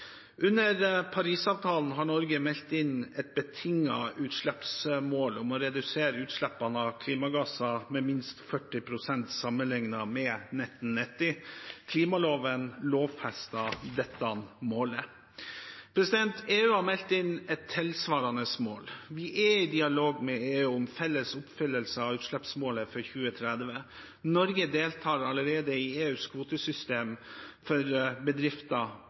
Under Parisavtalen har Norge meldt inn et betinget utslippsmål om å redusere utslippene av klimagasser med minst 40 pst. sammenlignet med 1990. Klimaloven lovfester dette målet. EU har meldt inn et tilsvarende mål. Vi er i dialog med EU om felles oppfyllelse av utslippsmålet for 2030. Norge deltar allerede i EUs kvotesystem for bedrifter,